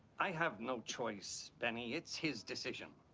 i have no choice benny, it's his decision.